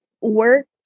work